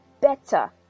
better